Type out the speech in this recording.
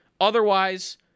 Otherwise